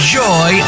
joy